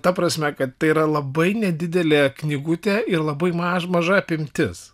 ta prasme kad tai yra labai nedidelė knygutė ir labai maža maža apimtis